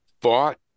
fought